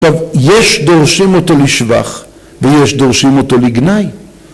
‫אז יש דורשים אותו לשבח ‫ויש דורשים אותו לגנאי.